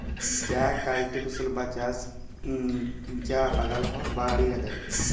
চাঁ কাল্টিভেশল বা চাষ চাঁ বাগালে হ্যয় পাহাড়ি ইলাকায়